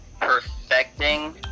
perfecting